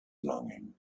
longing